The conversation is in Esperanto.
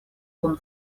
kun